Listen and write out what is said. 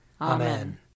Amen